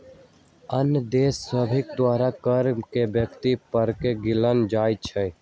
आन देश सभके द्वारा कर के व्यक्ति परक गिनल जाइ छइ